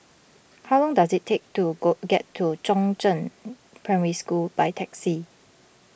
how long does it take to go get to Chongzheng Primary School by taxi